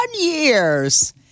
years